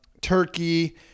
turkey